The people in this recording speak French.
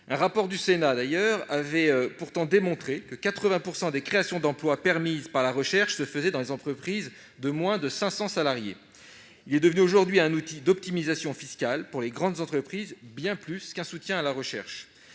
Un rapport du Sénat avait pourtant démontré que 80 % des créations d'emplois permises par la recherche se faisaient dans les entreprises de moins de 500 salariés. Le crédit d'impôt recherche est devenu aujourd'hui un outil d'optimisation fiscale pour les grandes entreprises, bien plus qu'un soutien à la recherche.